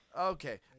Okay